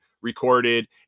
recorded